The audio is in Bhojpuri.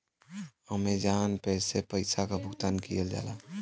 अमेजॉन पे से पइसा क भुगतान किहल जाला